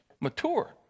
Mature